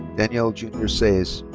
and ah junior saiz.